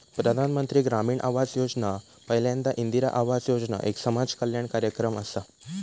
प्रधानमंत्री ग्रामीण आवास योजना पयल्यांदा इंदिरा आवास योजना एक समाज कल्याण कार्यक्रम असा